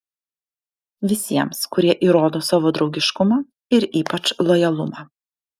visiems kurie įrodo savo draugiškumą ir ypač lojalumą